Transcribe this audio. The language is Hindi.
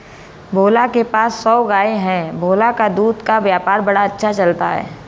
भोला के पास सौ गाय है भोला का दूध का व्यापार बड़ा अच्छा चलता है